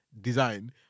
design